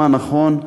מה נכון,